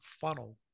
funnel